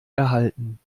erhalten